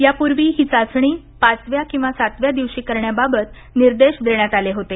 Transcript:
यापूर्वी ही चाचणी पाचव्या किंवा सातव्या दिवशी करण्याबाबत निर्देश देण्यात आले होते